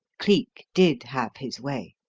cleek did have his way.